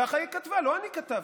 כך היא כתבה, לא אני כתבתי.